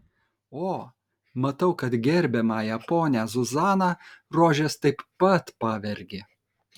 o matau kad gerbiamąją ponią zuzaną rožės taip pat pavergė